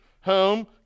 home